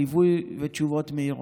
ליווי ותשובות מהירות.